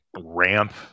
ramp